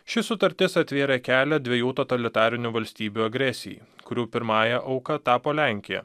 ši sutartis atvėrė kelią dviejų totalitarinių valstybių agresijai kurių pirmąja auka tapo lenkija